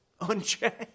Unchanged